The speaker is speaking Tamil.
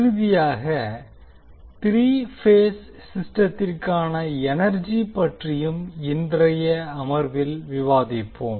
இறுதியாக த்ரீ பேஸ் சிஸ்டத்திற்கான எனர்ஜி பற்றியும் இன்றைய அமர்வில் விவாதிப்போம்